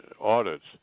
audits